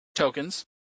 tokens